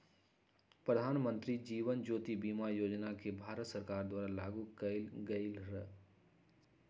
प्रधानमंत्री जीवन ज्योति बीमा योजना के भारत सरकार द्वारा लागू कएल गेलई र